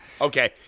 Okay